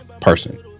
person